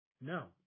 No